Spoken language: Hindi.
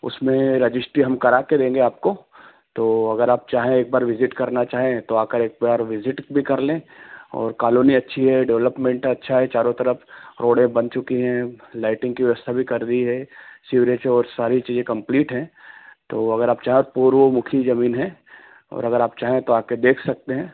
उसमें रजिश्टी हम करा कर देंगे आपको तो अगर आप चाहें एक बार विज़िट करना चाहें तो आकर एक बार विज़िट भी कर लें और कालोनी अच्छी है डेवलपमेंट अच्छा है चारों तरफ़ रोडें बन चुकी हैं लाइटिंग की व्यवस्था भी कर दी है सिवरेज और सारी चीज़ें कम्प्लीट हैं तो अगर आप चाहें और पूर्वमुखी ज़मीन है और अगर आप चाहें तो आकर देख सकते हैं